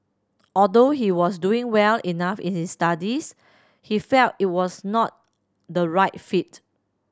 although he was doing well enough in his studies he felt it was not the right fit